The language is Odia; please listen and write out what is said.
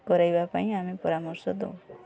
କରେଇବା ପାଇଁ ଆମେ ପରାମର୍ଶ ଦଉ